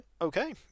Okay